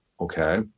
Okay